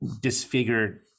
disfigured